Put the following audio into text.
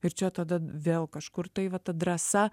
ir čia tada vėl kažkur tai va ta drąsa